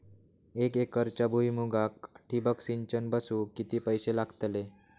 एक एकरच्या भुईमुगाक ठिबक सिंचन बसवूक किती पैशे लागतले?